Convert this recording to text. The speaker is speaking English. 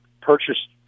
purchased